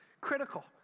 critical